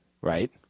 Right